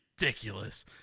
ridiculous